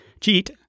cheat